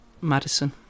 Madison